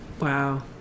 wow